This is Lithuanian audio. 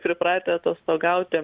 pripratę atostogauti